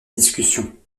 discussion